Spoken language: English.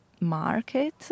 market